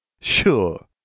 Sure